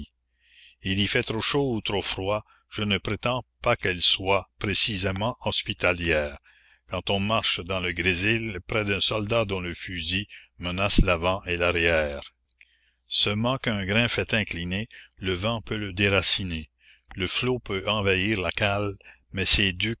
il y fait trop chaud ou trop froid je ne prétends pas qu'elle soit précisément hospitalière quand on marche dans le grésil près d'un soldat dont le fusil menace l'avant et l'arrière ce mât qu'un grain fait incliner le vent peut le déraciner le flot peut envahir la cale mais ces